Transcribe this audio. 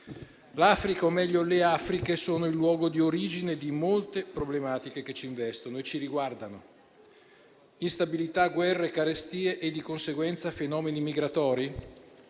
L'Africa, o meglio le Afriche, è il luogo di origine di molte problematiche che ci investono e ci riguardano. Instabilità, guerre, carestie e di conseguenza fenomeni migratori,